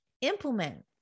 implement